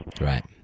Right